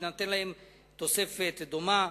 תינתן להם תוספת דומה.